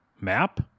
map